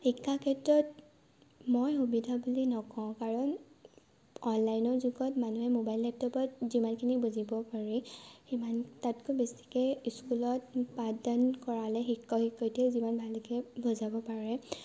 শিক্ষাৰ ক্ষেত্ৰত মই সুবিধা বুলি নকওঁ কাৰণ অনলাইনৰ যুগত মবাইল লেপটপত মানুহে যিমানখিনি বুজিব পাৰি সিমান তাতকৈ বেছিকৈ ইস্কুলত পাঠদান কৰালে শিক্ষক শিক্ষয়ত্ৰীয়ে যিমান ভালকৈ বুজাব পাৰে